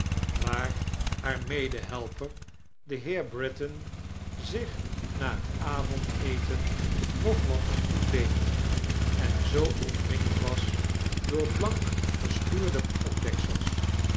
waar haar medehelper de heer britain zdch na het avondeten nog wat te goed deed ein zoo omringd was door blank geschuurde potdeksels